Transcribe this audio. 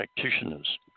practitioners